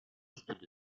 studio